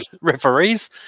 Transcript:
referees